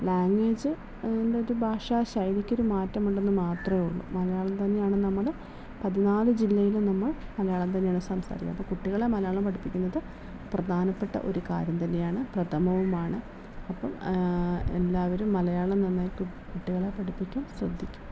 language പിന്നൊരു ഭാഷാ ശൈലിക്കൊരു മാറ്റം ഉണ്ടെന്ന് മാത്രമേ ഉള്ളു മലയാളം തന്നെയാണ് നമ്മുടെ പതിനാല് ജില്ലയിലും നമ്മൾ മലയാളം തന്നെയാണ് സംസാരിക്കുക അപ്പം കുട്ടികളെ മലയാളം പഠിപ്പിക്കുന്നത് പ്രധാനപ്പെട്ട ഒരു കാര്യം തന്നെയാണ് പ്രഥമവുമാണ് അപ്പം എല്ലാവരും മലയാളം നന്നായിട്ട് കുട്ടികളെ പഠിപ്പിക്കാൻ ശ്രദ്ധിക്കുക